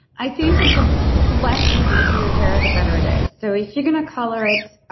i think that the less you do to your hair, the better it is. so if you're going to color it,